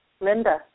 Linda